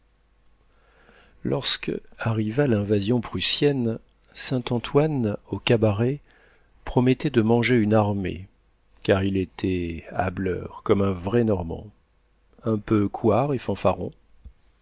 lorsque arriva l'invasion prussienne saint-antoine au cabaret promettait de manger une armée car il était hâbleur comme un vrai normand un peu couard et fanfaron